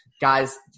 guys